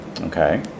Okay